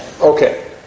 Okay